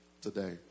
today